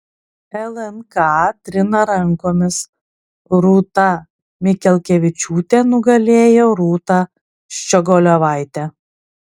lnk trina rankomis rūta mikelkevičiūtė nugalėjo rūtą ščiogolevaitę